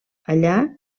allà